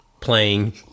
playing